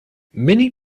many